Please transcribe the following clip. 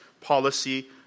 policy